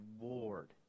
reward